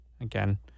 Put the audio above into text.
again